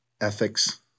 ethics